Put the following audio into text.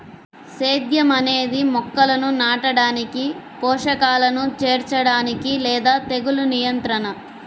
సేద్యం అనేది మొక్కలను నాటడానికి, పోషకాలను చేర్చడానికి లేదా తెగులు నియంత్రణ